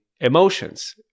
emotions